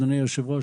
אדוני היושב ראש,